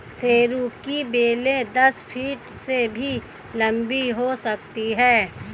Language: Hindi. सरू की बेलें दस फीट से भी लंबी हो सकती हैं